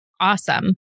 awesome